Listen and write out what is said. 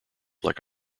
like